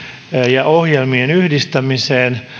ja ohjelmien yhdistämiseen